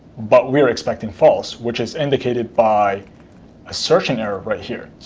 but we are expecting false, which is indicated by a searching error right here.